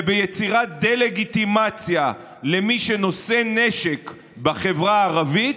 וביצירת דה-לגיטימציה למי שנושא נשק בחברה הערבית,